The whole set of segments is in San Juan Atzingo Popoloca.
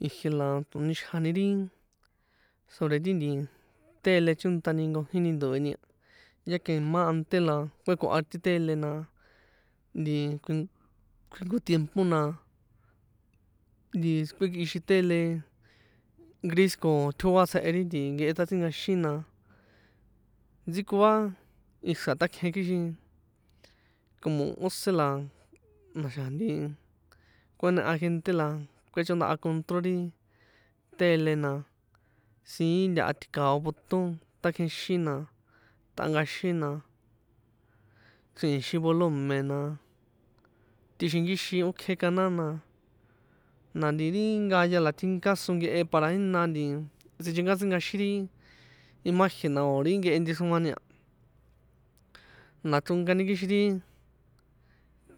Ijie la tsonixjani ri, sobre ri nti tele chónṭani nkojíni ndꞌo̱eni a, imá ante la kꞌuekoha ri tele a, nti kui kjui jnko tiempo na nti kue kꞌixin tele gris ko tjóá tsjehe, ri nkehe ṭatsinkaxin na ntsikoa ixra̱ takjen kixin como óse la na̱xa̱ nti kue noeha jente la kuechondaha control ri tele na siín ntaha tikao botón takjenxin, na tꞌankaxin na, chri̱ixin volumen na, tꞌixinkixin ókje canal na, na nti rii nkaya la tjinka so nkehe para jína nti sinchekatsínkaxin ri imagen na o̱ ri nkehe nchexroani a, na chronkani kixin ri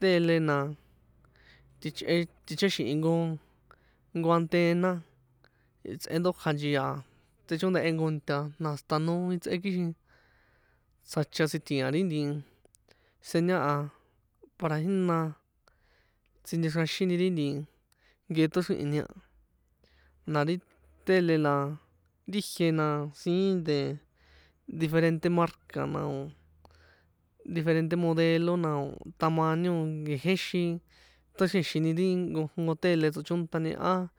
tele na tichꞌe ticháxi̱hin nko antena itsꞌe ndója nchia a, tsꞌechóndehe nko nta na hasta noi tsꞌe, kixin tsjacha tsitji̱a ri nti señal a para jína sinchexroaxini ri nti nkehe toxrihini a, na ri tele la ri jie na siín de diferente marca na o̱ diferente modelo, na o̱ tamaño nkekjenxín toxrienxini ri nkojnko tele tsochóṭani á.